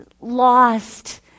lost